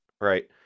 right